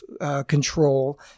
control